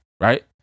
Right